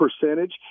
percentage